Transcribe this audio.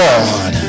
God